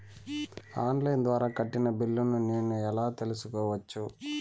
On line ద్వారా కట్టిన బిల్లును నేను ఎలా తెలుసుకోవచ్చు?